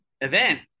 event